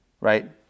right